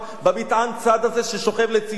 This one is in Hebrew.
מטען הצד הזה ששוכב לצדה.